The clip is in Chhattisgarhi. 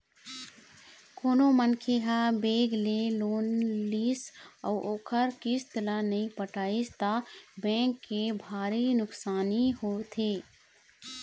कोनो मनखे ह बेंक ले लोन लिस अउ ओखर किस्त ल नइ पटइस त बेंक के भारी नुकसानी होथे